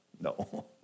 No